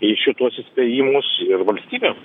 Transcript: į šituos įspėjimus ir valstybėm